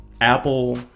apple